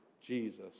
Jesus